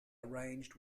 arranged